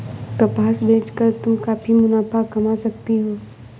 कपास बेच कर तुम काफी मुनाफा कमा सकती हो